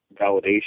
validation